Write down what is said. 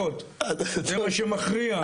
זה מה שמכריע.